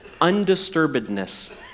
undisturbedness